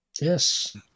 Yes